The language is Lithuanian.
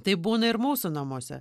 tai būna ir mūsų namuose